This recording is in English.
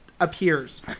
appears